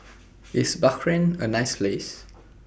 IS Bahrain A nice Place